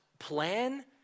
plan